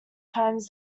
times